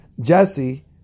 Jesse